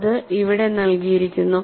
അത് ഇവിടെ നൽകിയിരിക്കുന്നു